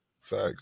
Facts